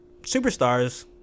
superstars